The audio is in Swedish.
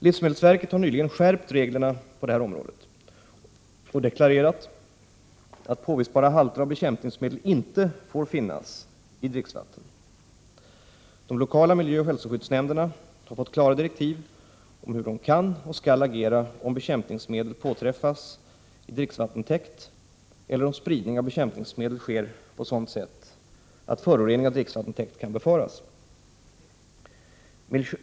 Livsmedelsverket har nyligen skärpt reglerna på detta område och deklarerat att påvisbara halter av bekämpningsmedel inte får finnas i dricksvatten. De lokala miljöoch hälsoskyddsnämnderna har fått klara direktiv om hur de kan och skall agera, om bekämpningsmedel påträffas i dricksvattentäkt eller om spridning av bekämpningsmedel sker på sådant sätt att förorening av dricksvattentäkt kan befaras.